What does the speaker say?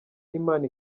imana